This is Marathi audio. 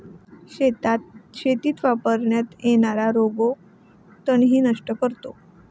शेतीत वापरण्यात येणारा रोबो तणही नष्ट करतो